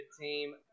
team